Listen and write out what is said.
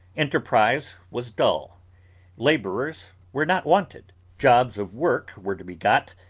enterprise was dull labourers were not wanted jobs of work were to be got,